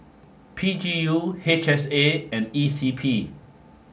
P G U H S A and E C P